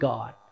God